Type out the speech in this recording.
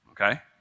okay